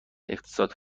اقتصاد